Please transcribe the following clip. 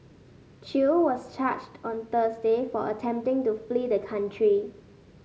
Chew was charged on Thursday for attempting to flee the country